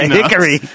Hickory